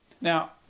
Now